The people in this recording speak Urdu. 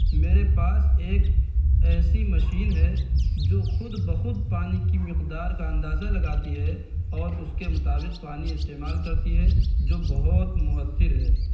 میرے پاس ایک ایسی مشین ہے جو خود بخود پانی کی مقدار کا اندازہ لگاتی ہے اور اس کے مطابق پانی استعمال کرتی ہے جو بہت مؤثر ہے